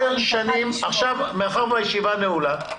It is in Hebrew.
מאחר והישיבה נעולה,